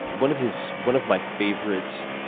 one of his, one of my favorite